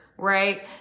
Right